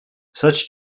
such